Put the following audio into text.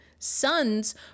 sons